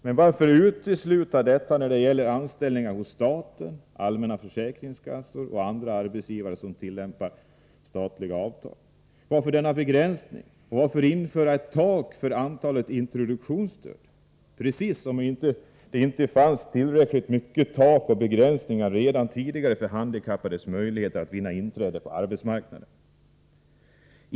Men varför utesluta detta när det gäller anställningar hos staten, allmänna försäkringskassor och andra arbetsgivare som tillämpar statliga avtal? Varför denna begränsning, och varför skall man införa ett tak för antalet introduktionsstöd, precis som om det inte fanns tillräckligt många tak och begränsningar redan tidigare för handikappades möjligheter att vinna inträde på arbetsmarknaden?